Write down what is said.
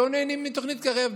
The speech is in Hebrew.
לא נהנים מתוכנית קרב,